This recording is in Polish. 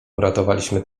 uratowaliśmy